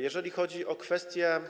Jeżeli chodzi o kwestię